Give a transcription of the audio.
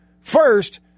First